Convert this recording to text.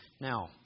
Now